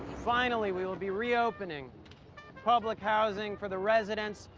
finally, we will be reopening public housing for the residents,